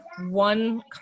one